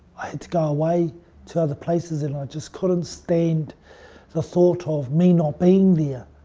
had to go away to other places and i just couldn't stand the thought of me not being there.